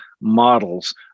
models